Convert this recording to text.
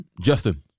Justin